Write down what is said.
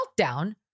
meltdown